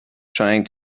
trying